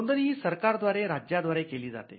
नोंदणी ही सरकार द्वारे राज्या द्वारे केले जाते